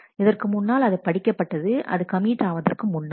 இதற்கு முன்னால் அது படிக்கப்பட்டது அது கமிட் ஆவதற்கு முன்னால்